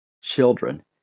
children